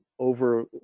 over